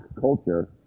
culture